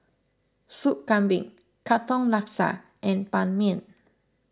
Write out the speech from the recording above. Sup Kambing Katong Laksa and Ban Mian